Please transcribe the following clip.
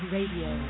Radio